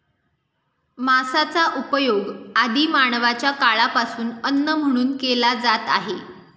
मांसाचा उपयोग आदि मानवाच्या काळापासून अन्न म्हणून केला जात आहे